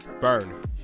Burn